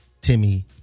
Timmy